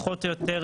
פחות או יותר,